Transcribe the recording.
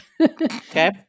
Okay